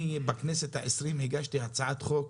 בכנסת העשרים הגשתי הצעת חוק